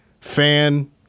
fan